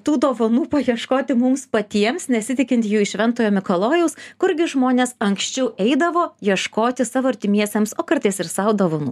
tų dovanų paieškoti mums patiems nesitikint jų iš šventojo mikalojaus kurgi žmonės anksčiau eidavo ieškoti savo artimiesiems o kartais ir sau dovanų